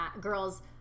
girls